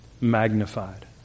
magnified